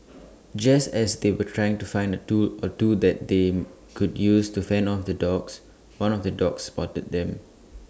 just as they were trying to find A tool or two that they could use to fend off the dogs one of the dogs spotted them